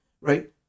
right